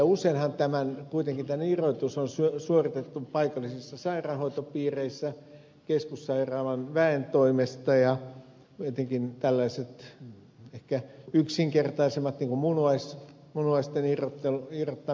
useinhan kuitenkin tämä irrotus on suoritettu paikallisissa sairaanhoitopiireissä keskussairaalan väen toimesta etenkin tällaiset ehkä yksinkertaisemmat niin kuin munuaisten irrottaminen ja tämän tyyppiset